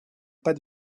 pas